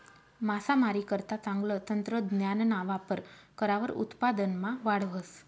मासामारीकरता चांगलं तंत्रज्ञानना वापर करावर उत्पादनमा वाढ व्हस